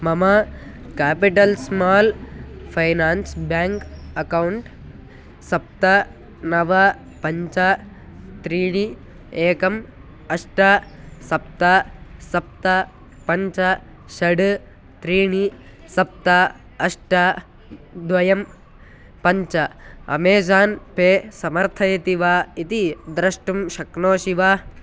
मम Capital Small Finance Bank account सप्त नव पञ्च त्रीणि एकम् अष्ट सप्त सप्त पञ्च षड् त्रीणि सप्त अष्ट द्वयं पञ्च अमेज़ान् पे समर्थयति वा इति द्रष्टुं शक्नोषि वा